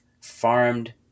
farmed